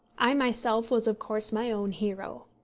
i myself was of course my own hero.